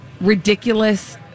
ridiculous